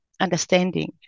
understanding